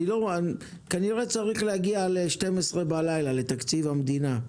כנראה, צריך להגיע ל-24:00 בלילה לתקציב המדינה.